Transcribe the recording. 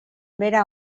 bera